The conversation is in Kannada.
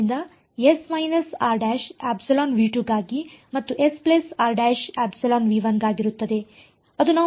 ಆದ್ದರಿಂದ S ಗಾಗಿ ಮತ್ತು S ಗಾಗಿರುತ್ತದೆ ಅದು ನಾವು ಮಾಡಿದ್ದೇವೆ